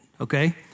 Okay